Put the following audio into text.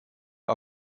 der